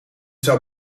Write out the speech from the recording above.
zou